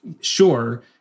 sure